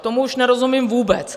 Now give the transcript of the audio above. Tomu už nerozumím vůbec.